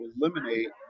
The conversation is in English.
eliminate